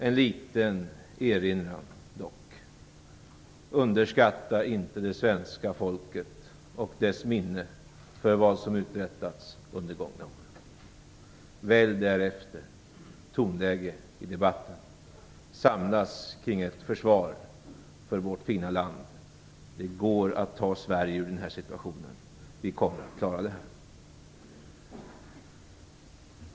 En liten erinran dock: Underskatta inte det svenska folket och dess minne för vad som uträttats de under gångna åren! Välj därefter tonläge i debatten. Låt oss samlas kring ett försvar för vårt fina land. Det går att ta Sverige ur den här situationen. Vi kommer att klara detta.